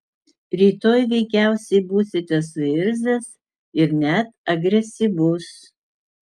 rytoj veikiausiai būsite suirzęs ir net agresyvus